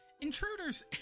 Intruders